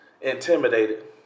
Intimidated